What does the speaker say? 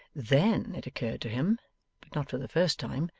then, it occurred to him, but not for the first time,